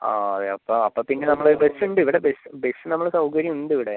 ആ അതെ അപ്പോൾ അപ്പോൾ പിന്നെ നമ്മൾ ബസ് ഉണ്ട് ഇവിടെ ബസ് ബസ് നമ്മൾ സൗകര്യം ഉണ്ട് ഇവിടെ